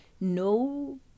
no